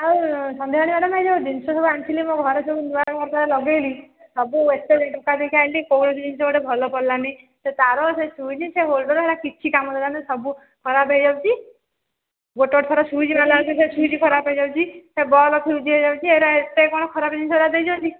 ଆଉ ସନ୍ଧ୍ୟାରାଣୀ ମ୍ୟାଡ଼ାମ ଏଇ ଯେଉଁ ଜିନିଷ ସବୁ ଆଣିଥିଲି ମୋ ଘରେ ସବୁ ନୂଆ ଲଗାଇଲି ସବୁ ଏତେ ରେଟ୍ ଟଙ୍କା ଦେଇକି ଆଣିଲି କୌଣସି ଜିନିଷ ଗୋଟେ ଭଲ ପଡ଼ିଲାନି ସେ ତାର ସେ ସୁଇଚ୍ ସେ ହୋଲଡର ହେରା କିଛି କାମ ଦେଲାନି ସବୁ ଖରାପ ହେଇଯାଉଛି ଗୋଟେ ଗୋଟେ ଥର ସୁଇଚ୍ ମାରିଲା ବେଳକୁ ସେ ସୁଇଚ୍ ଖରାପ ହେଇଯାଉଛି ସେ ବଲ୍ବ ଫ୍ୟୁଜ୍ ହେଇଯାଉଛି ଏଗୁଡ଼ା ଏତେ କ'ଣ ଖରାପ ଜିନିଷଗୁଡ଼ା ଦେଇଛନ୍ତି